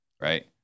Right